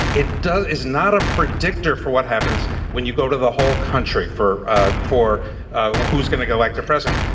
it is not a predictor for what happens when you go to the whole country for ah four who's going to go back to present.